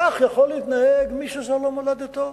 כך יכול להתנהג מי שזו לא מולדתו,